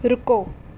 ਰੁਕੋ